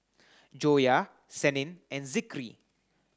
Joyah Senin and Zikri